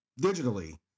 digitally